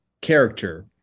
character